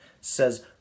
says